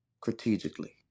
strategically